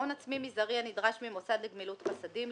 בעמ' 52. "הון עצמי מזערי הנדרש ממוסד לגמילות חסדים,